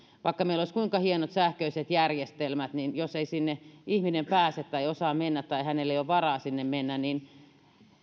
vaikka meillä olisi kuinka hienot sähköiset järjestelmät niin jos ei sinne ihminen pääse tai osaa mennä tai hänelle ei ole varaa sinne mennä niin